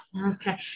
Okay